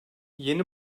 yeni